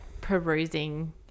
perusing